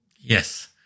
Yes